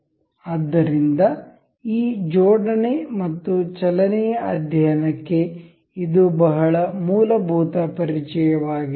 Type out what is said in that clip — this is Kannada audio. ಆದ್ದರಿಂದ ಈ ಜೋಡಣೆ ಮತ್ತು ಚಲನೆಯ ಅಧ್ಯಯನಕ್ಕೆ ಇದು ಬಹಳ ಮೂಲಭೂತ ಪರಿಚಯವಾಗಿತ್ತು